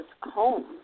homes